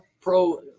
pro